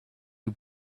you